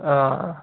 हां